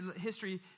history